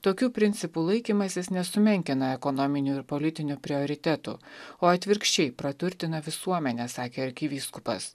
tokių principų laikymasis nesumenkina ekonominių ir politinių prioritetų o atvirkščiai praturtina visuomenę sakė arkivyskupas